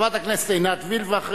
חברת הכנסת עינת וילף, ואחריה,